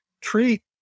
treat